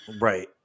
Right